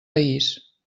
país